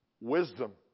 wisdom